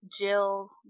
Jill